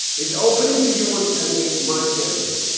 he's opening to you and telling you my feelings.